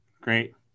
Great